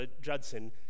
Judson